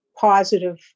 positive